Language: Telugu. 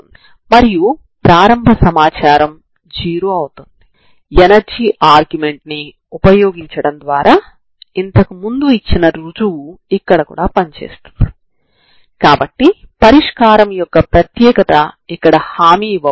మీకు పరిష్కారం తెలిస్తే మరియు 0 వద్ద వైబ్రేషన్ ని కలిగి ఉంటే అది 0 2 కి పునరావృతమవుతోంది